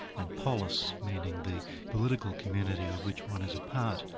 and polis, meaning the political community of which one is a part.